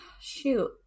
shoot